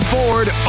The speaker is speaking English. Ford